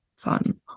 fun